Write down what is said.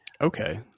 Okay